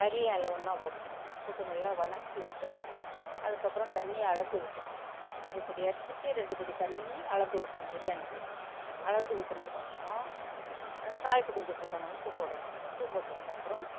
கறியும் அதில் ஒன்றா போட்டுரணும் போட்டு நல்லா வதக்கி விட்டு அதுக்கப்புறம் தண்ணியை அளந்து ஊற்றணும் ஒருபடி அரிசிக்கு ரெண்டுபடி தண்ணின்னு அளந்து ஊற்றணும் பிரியாணிக்கு அளந்து ஊற்றுனதுக்கப்பறம் சால்ட் கொஞ்சம் போடணும் உப்பு போடணும் உப்பு போட்டதுக்கப்புறம்